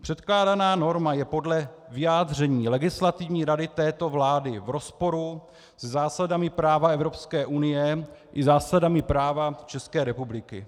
Předkládaná norma je podle vyjádření Legislativní rady této vlády v rozporu se zásadami práva Evropské unie i zásadami práva České republiky.